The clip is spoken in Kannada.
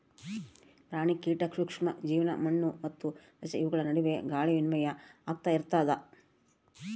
ಪ್ರಾಣಿ ಕೀಟ ಸೂಕ್ಷ್ಮ ಜೀವಿ ಮಣ್ಣು ಮತ್ತು ಸಸ್ಯ ಇವುಗಳ ನಡುವೆ ಗಾಳಿ ವಿನಿಮಯ ಆಗ್ತಾ ಇರ್ತದ